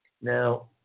Now